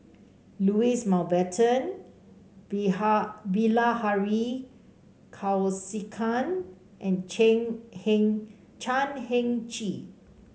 Louis Mountbatten Bilahari Kausikan and Heng Chan Heng Chee